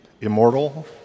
immortal